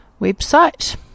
website